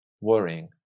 worrying